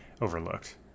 overlooked